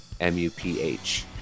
m-u-p-h